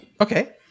Okay